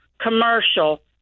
commercial